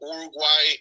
Uruguay